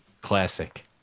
Classic